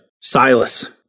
Silas